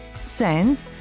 send